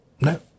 no